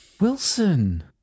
Wilson